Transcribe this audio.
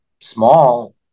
small